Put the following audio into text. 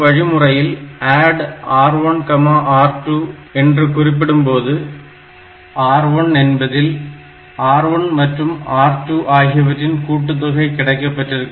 வழிமுறையில் ADD R1R2 என்று குறிப்பிடும்போது R1 என்பதில் R1 மற்றும் R2 ஆகியவற்றின் கூட்டுத்தொகை கிடைக்க பெற்றிருக்கும்